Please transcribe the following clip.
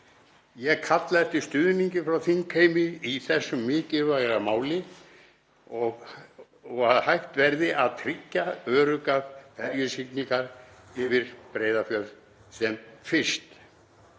Ég kalla eftir stuðningi frá þingheimi í þessu mikilvæga máli og að hægt verði að tryggja öruggar ferjusiglingar yfir Breiðafjörð sem fyrst.